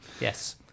Yes